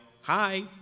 hi